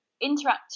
interact